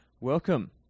Welcome